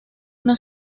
una